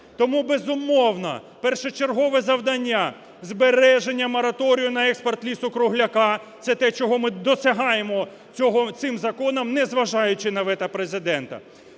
Тому, безумовно, першочергове завдання – збереження мораторію на експорт лісу-кругляка, це те, чого ми досягаємо цим законом, незважаючи на вето Президента.